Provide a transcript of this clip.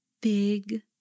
big